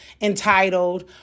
entitled